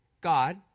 God